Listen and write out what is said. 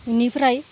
बेनिफ्राय